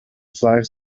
flags